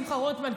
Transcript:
שמחה רוטמן,